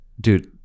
Dude